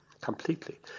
Completely